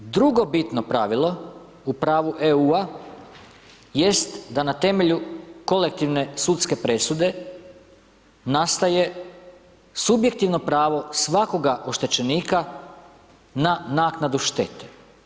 Drugo bitno pravilo u pravu EU-a jest da na temelju kolektivne sudske presude nastaje subjektivno pravo svakog oštećenika na naknadu štete.